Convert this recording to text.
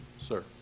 Sir